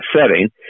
setting